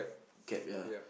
cab ya